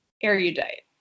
Erudite